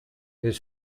his